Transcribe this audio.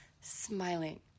smiling